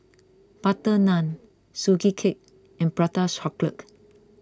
Butter Naan Sugee Cake and Prata Chocolate